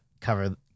cover